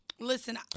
Listen